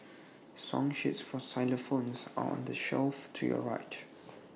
song sheets for xylophones are on the shelf to your right